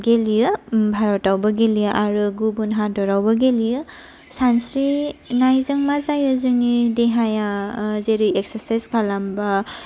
गेलेयो भारतआवबो गेलेयो आरो गुबुन हादोरावबो गेलेयो सानस्रिनायजों मा जायो जोंनि देहाया जेरै एक्सारसाइज खालामबा